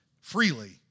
freely